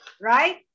right